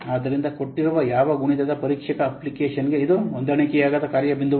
ಆದ್ದರಿಂದ ಕೊಟ್ಟಿರುವ ಯಾವ ಕಾಗುಣಿತ ಪರೀಕ್ಷಕ ಅಪ್ಲಿಕೇಶನ್ಗೆ ಇದು ಹೊಂದಾಣಿಕೆಯಾಗದ ಕಾರ್ಯ ಬಿಂದುವಾಗಿದೆ